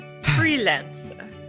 Freelancer